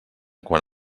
quan